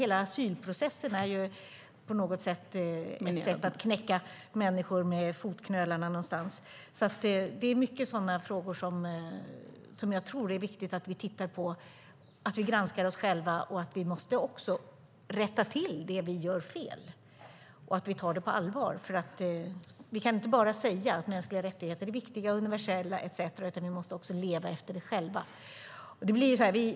Hela asylprocessen är ju på något sätt ett sätt att knäcka människor vid fotknölarna. Det är många sådana frågor som jag tror att det är viktigt att vi tittar på. Det handlar om att vi granskar oss själva och att vi måste rätta till det som vi gör fel och ta det på allvar. Vi kan inte bara säga att mänskliga rättigheter är viktiga och universella etcetera. Vi måste också leva efter det själva.